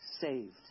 saved